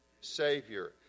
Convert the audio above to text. Savior